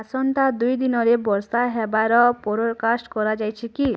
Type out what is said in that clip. ଆସନ୍ତା ଦୁଇ ଦିନରେ ବର୍ଷା ହେବାର ଫୋରୋକାଷ୍ଟ କରାଯାଇଛି କି